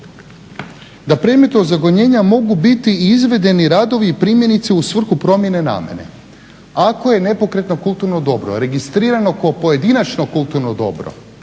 da predmet ozakonjenja mogu biti izvedeni radovi primjerice u svrhu promjene namjere. Ako je nepokretno kulturno dobro registrirano kao pojedinačno kulturno dobro